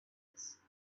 eyes